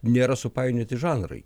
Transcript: nėra supainioti žanrai